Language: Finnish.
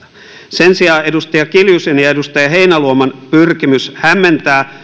sen sijaan edustaja kiljusen ja edustaja heinäluoman pyrkimys hämmentää